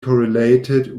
correlated